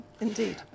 Indeed